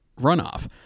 runoff